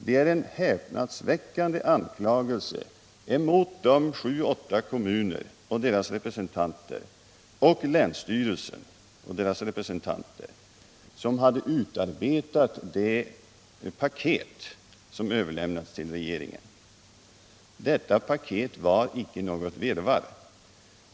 Det är en häpnadsväckande anklagelse emot de 7-8 delådalen kommuner och deras representanter och länsstyrelsen och dess representanter som hade utarbetat det paket som överlämnats till regeringen. Detta paket var inte något virrvarr.